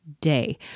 day